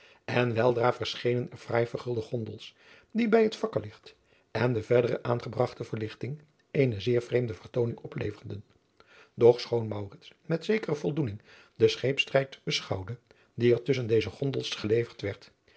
en weldra verschenen er fraai vergulde gondels die bij het fakkellicht en de verdere aangebragte verlichting eene zeer vreemde vertooning opadriaan loosjes pzn het leven van maurits lijnslager leverden doch schoon maurits met zekere voldoening den scheepstrijd beschouwde die er tusschen deze gondels geleverd werd